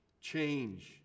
Change